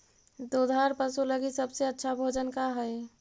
दुधार पशु लगीं सबसे अच्छा भोजन का हई?